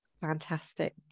fantastic